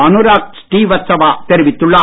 அனுராக் ஸ்ரீவத்சவா தெரிவித்துள்ளார்